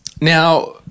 Now